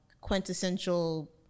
quintessential